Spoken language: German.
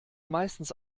meistens